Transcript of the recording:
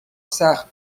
سخت